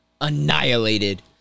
annihilated